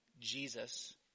Jesus